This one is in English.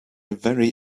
very